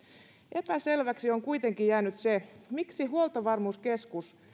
epäselväksi on kuitenkin jäänyt se miksi huoltovarmuuskeskus